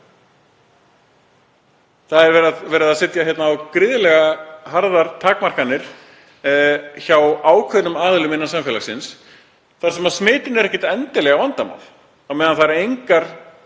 Það er verið að setja á gríðarlega harðar takmarkanir hjá ákveðnum aðilum innan samfélagsins þar sem smit eru ekkert endilega vandamál á meðan það er ekkert